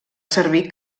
servir